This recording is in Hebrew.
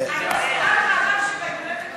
אני מזכירה לך, ביום הולדת,